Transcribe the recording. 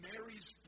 Mary's